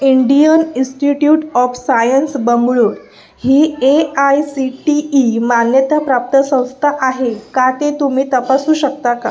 Indian institute of science Bengaluru ही A I C T E मान्यताप्राप्त संस्था आहे का ते तुम्ही तपासू शकता का